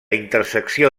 intersecció